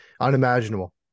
unimaginable